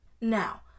Now